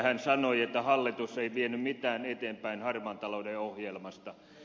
hän sanoi että hallitus ei vienyt mitään eteenpäin harmaan talouden ohjelmasta